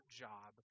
job